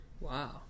Wow